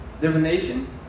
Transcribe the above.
divination